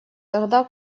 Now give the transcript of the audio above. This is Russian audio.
тогда